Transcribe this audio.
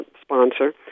sponsor